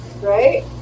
Right